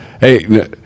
Hey